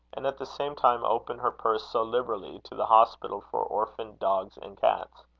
and at the same time open her purse so liberally to the hospital for orphan dogs and cats.